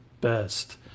best